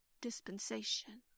dispensation